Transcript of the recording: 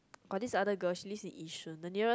got this other girl she live in Yishun the nearest